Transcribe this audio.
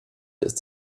ist